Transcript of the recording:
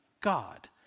God